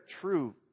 true